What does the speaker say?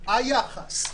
היחס,